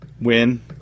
win